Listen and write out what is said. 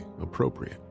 appropriate